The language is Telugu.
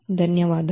ధన్యవాదాలు